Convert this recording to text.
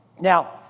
Now